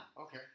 Okay